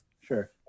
sure